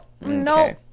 no